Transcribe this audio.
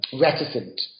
reticent